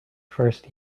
first